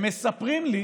הם מספרים לי